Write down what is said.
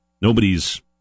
Nobody's